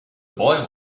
boy